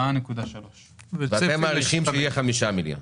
4.3. ואתם מעריכים שיהיה 5 מיליארד?